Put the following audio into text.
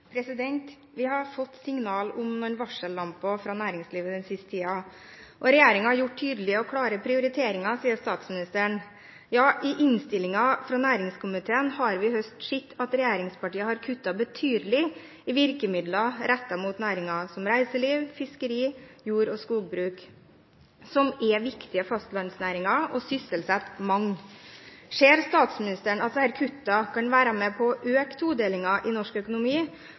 oppfølgingsspørsmål. Vi har fått signal om noen varsellamper fra næringslivet den siste tiden. Regjeringen har gjort klare og tydelige prioriteringer, sier statsministeren. Ja, i innstillingen fra næringskomiteen har vi i høst sett at regjeringspartiene har kuttet betydelig i virkemidler rettet mot næringer som reiseliv, fiskeri, jord- og skogbruk, som er viktige fastlandsnæringer, og sysselsetter mange. Ser statsministeren at disse kuttene kan være med på øke todelingen av norsk økonomi,